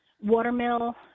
Watermill